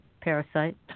parasite